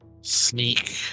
sneak